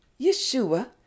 Yeshua